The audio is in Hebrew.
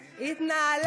הכסף?